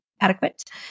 adequate